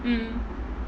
mm